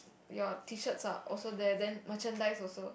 your t-shirts are also then merchandise also